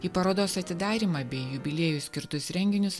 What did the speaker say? į parodos atidarymą bei jubiliejui skirtus renginius